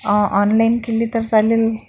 online केली तर चालेल